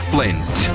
Flint